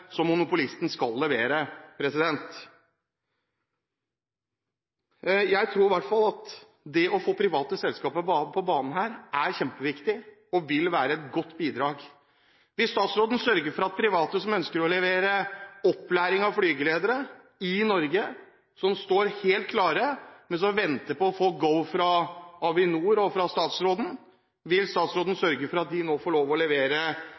som monopolisten skal levere? Jeg tror i hvert fall at det å få private selskaper på banen, er kjempeviktig og vil være et godt bidrag. Vil statsråden sørge for at private som ønsker å levere opplæring av flygeledere i Norge – som står helt klare, men venter på å få «go» fra Avinor og fra statsråden – nå får lov til å levere